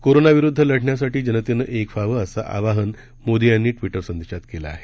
कोरोनाविरुद्ध लढण्यासाठी जनतेनं एक व्हावं असं आवाहन मोदी यांनी ट्विटर संदेशात केलं आहे